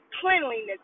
cleanliness